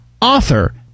author